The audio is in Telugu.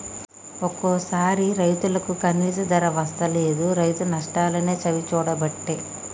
ఒక్కోసారి రైతుకు కనీస ధర వస్తలేదు, రైతు నష్టాలనే చవిచూడబట్టే